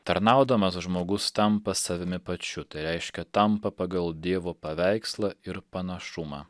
tarnaudamas žmogus tampa savimi pačiu tai reiškia tampa pagal dievo paveikslą ir panašumą